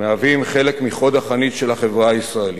מהווים חלק מחוד החנית של החברה הישראלית.